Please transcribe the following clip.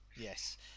Yes